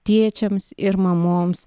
tėčiams ir mamoms